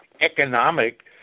economic